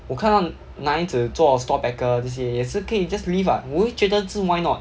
我看到男孩子做 store packer 这些也是可以 just leave what 我是觉得是 why not